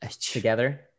together